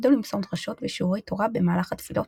תפקידו למסור דרשות ושיעורי תורה במהלך התפילות,